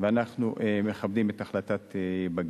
ואנחנו מכבדים את החלטת בג"ץ.